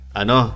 ano